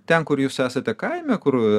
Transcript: ten kur jūs esate kaime kur